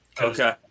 Okay